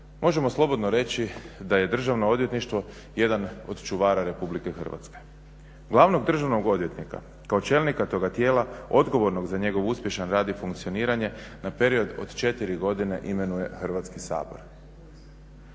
možemo slobodno reći da je Državno odvjetništvo jedan od čuvara RH. Glavnog državnog odvjetnika kao čelnika toga tijela odgovornog za njegov uspješan rad i funkcioniranje na period od 4 godine imenuje Hrvatski sabor.